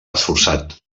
esforçat